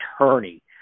attorney